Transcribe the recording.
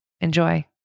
Enjoy